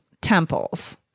temples